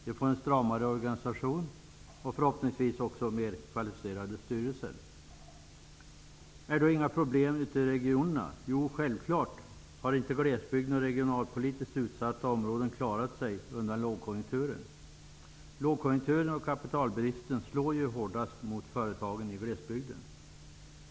De får en stramare organisation, som förhoppningsvis också skall få mer kvalificerade styrelser. Är det då inga problem ute i regionerna? Självklart har inte glesbygden och regionalpolitiskt utsatta områden klarat sig undan lågkonjunkturen. Lågkonjunkturen och kapitalbristen slår hårdast mot företagen i glesbygden.